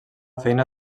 feina